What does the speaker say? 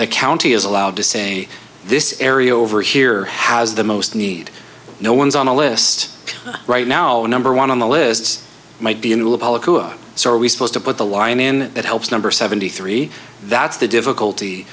the county is allowed to say this area over here has the most need no one's on the list right now number one on the lists might be in the public who are we supposed to put the line in that helps number seventy three that's the difficulty